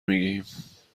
میگیم